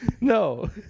No